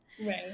right